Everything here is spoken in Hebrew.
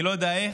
אני לא יודע איך,